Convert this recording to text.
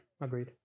agreed